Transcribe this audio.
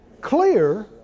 Clear